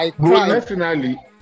personally